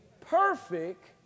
perfect